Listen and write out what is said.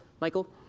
Michael